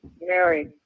Mary